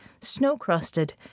snow-crusted